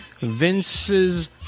Vince's